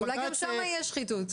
אולי גם שם יש שחיתות.